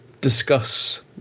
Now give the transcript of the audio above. discuss